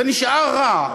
זה נשאר רע,